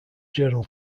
journal